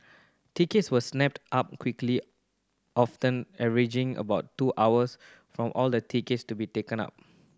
tickets were snapped up quickly often averaging about two hours from all the tickets to be taken up